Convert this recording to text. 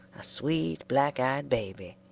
a sweet, black-eyed baby,